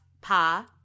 Pa